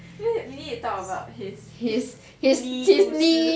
we need to talk about his knee 故事